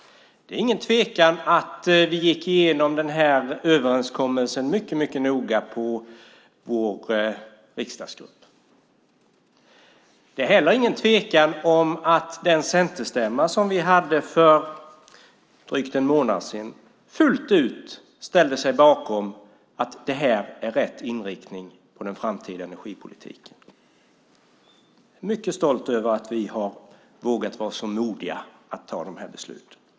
Det är ingen tvekan om att vi gick igenom denna överenskommelse mycket noga i vår riksdagsgrupp. Det är inte heller någon tvekan om att den centerstämma som vi hade för drygt en månad sedan fullt ut ställde sig bakom att detta är rätt inriktning på den framtida energipolitiken. Jag är mycket stolt över att vi har vågat vara så modiga och ta dessa beslut.